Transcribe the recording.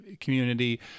community